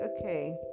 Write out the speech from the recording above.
okay